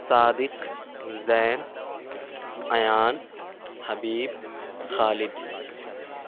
Sadiq Zain Ayan Habib Khalid